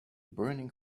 burning